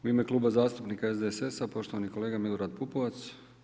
U ime Kluba zastupnika SDSS-a, poštovani kolega Milorad Pupovac.